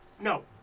No